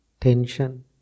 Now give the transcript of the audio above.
Tension